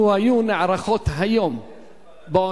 לו היו נערכות היום באוניברסיטאות,